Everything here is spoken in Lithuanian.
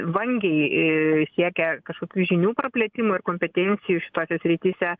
vangiai siekia kažkokių žinių praplėtimo ir kompetencijų šitose srityse